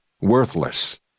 worthless